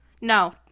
no